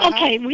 Okay